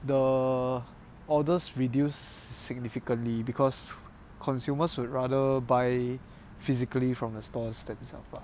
the orders reduced significantly because consumers would rather buy physically from the stores themselves lah